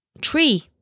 tree